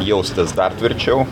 jaustis dar tvirčiau